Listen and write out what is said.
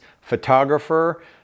photographer